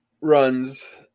runs